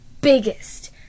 biggest